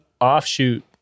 offshoot